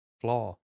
flaw